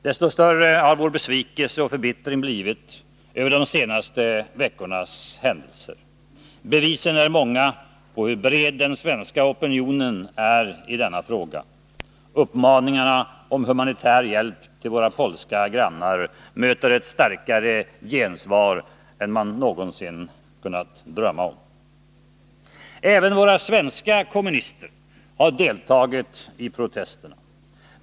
Desto större har vår besvikelse och förbittring blivit över de senaste veckornas händelser. Bevisen är många på hur bred den svenska opinionen är i denna fråga. Uppmaningarna om humanitär hjälp till våra polska grannar möter ett starkare gensvar än man någonsin kunnat drömma om. Även våra svenska kommunister har deltagit i protesterna.